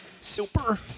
super